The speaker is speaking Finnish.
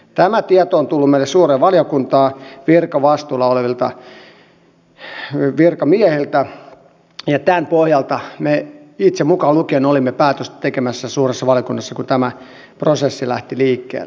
tämä tieto on tullut meille suureen valiokuntaan virkavastuulla olevilta virkamiehiltä ja tämän pohjalta me itseni mukaan lukien olimme päätöstä tekemässä suuressa valiokunnassa kun tämä prosessi lähti liikkeelle